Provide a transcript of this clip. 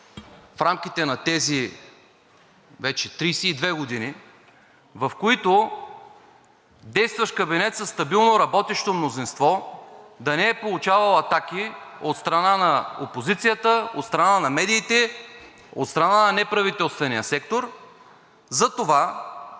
в рамките на тези вече 32 години, в които действащ кабинет със стабилно работещо мнозинство да не е получавал атаки – от страна на опозицията, от страна на медиите, от страна на неправителствения сектор, за това,